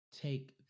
take